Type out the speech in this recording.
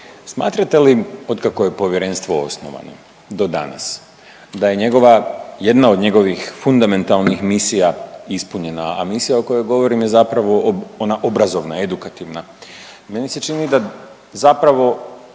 Smatrate li otkako je povjerenstvo osnovano do danas da je njegova, jedna od njegovih fundamentalnih misija ispunjena, a misija o kojoj govorim je zapravo ona obrazovna, edukativna? Meni se čini da zapravo